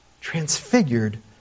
Transfigured